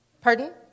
Pardon